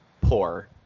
Poor